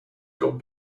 got